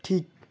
ঠিক